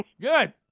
Good